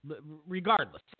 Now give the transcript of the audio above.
regardless